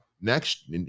next